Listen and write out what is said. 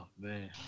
man